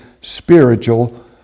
spiritual